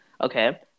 okay